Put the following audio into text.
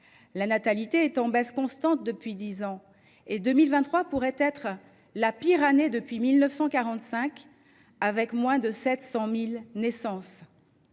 La natalité est en baisse constante depuis dix ans, et 2023 pourrait être la pire année depuis 1945, avec moins de 700 000 naissances.